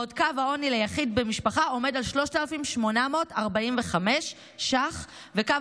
בעוד קו העוני ליחיד במשפחה עומד על 3,845 ש"ח וקו